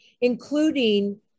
including